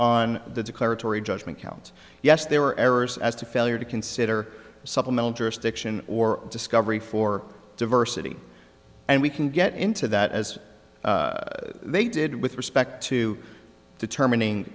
on the declaratory judgment count yes there were errors as to failure to consider supplemental jurisdiction or discovery for diversity and we can get into that as they did with respect to determining